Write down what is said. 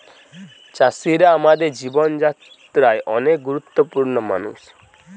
চাষিরা আমাদের জীবন যাত্রায় অনেক গুরুত্বপূর্ণ মানুষ